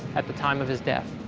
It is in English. at the time of his death.